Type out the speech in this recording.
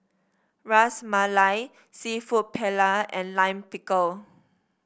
Ras Malai seafood Paella and Lime Pickle